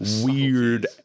weird